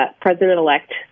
president-elect